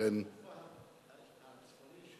חופה הצפוני של